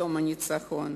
יום הניצחון.